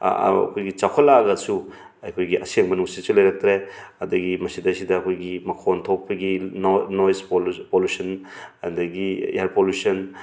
ꯑꯩꯈꯣꯏꯒꯤ ꯆꯥꯎꯈꯠꯂꯛꯑꯒꯁꯨ ꯑꯩꯈꯣꯏꯒꯤ ꯑꯁꯦꯡꯕ ꯅꯨꯡꯁꯤꯠꯁꯨ ꯂꯩꯔꯛꯇ꯭ꯔꯦ ꯑꯗꯒꯤ ꯃꯁꯤꯗꯩꯁꯤꯗ ꯑꯩꯈꯣꯏꯒꯤ ꯃꯈꯣꯟ ꯊꯣꯛꯄꯒꯤ ꯅꯣꯏꯁ ꯄꯣꯂꯨꯁꯟ ꯑꯗꯒꯤ ꯏꯌꯔ ꯄꯣꯂꯨꯁꯟ